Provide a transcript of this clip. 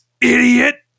idiot